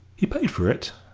he paid for it,